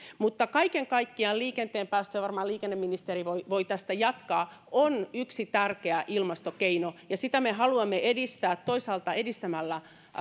kaiken kaikkiaan liikenteen päästöjen vähentäminen ja varmaan liikenneministeri voi voi tästä jatkaa on yksi tärkeä ilmastokeino sitä me haluamme edistää edistämällä